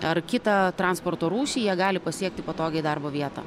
ar kitą transporto rūšį jie gali pasiekti patogiai darbo vietą